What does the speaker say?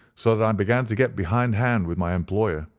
so that i um began to get behind hand with my employer.